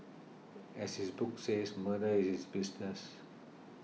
as his book says Murder is his business